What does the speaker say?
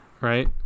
Right